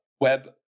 web